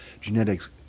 genetics